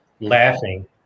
laughing